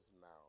mouth